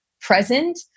present